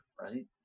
Right